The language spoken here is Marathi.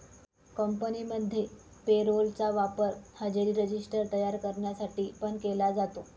कंपनीमध्ये पे रोल चा वापर हजेरी रजिस्टर तयार करण्यासाठी पण केला जातो